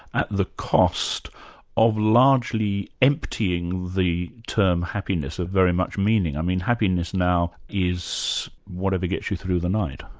at the cost of largely emptying the term happiness of very much meaning? i mean happiness now is whatever gets you through the night.